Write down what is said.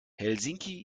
helsinki